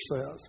says